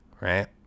right